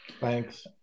Thanks